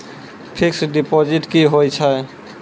Fixed deposit की होय छै?